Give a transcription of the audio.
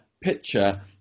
picture